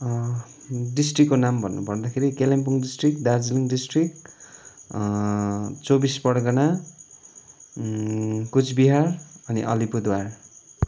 डिस्ट्रिक्टको नाम भन्नु पर्दाखेरि कालिम्पोङ डिस्ट्रिक्ट दार्जिलिङ डिस्ट्रिक्ट चौबिस परगना कुचबिहार अनि अलिपुरद्वार